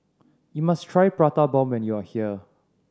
you must try Prata Bomb when you are here